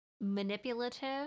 manipulative